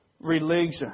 religion